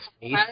space